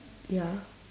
ya